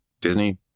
Disney